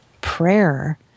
prayer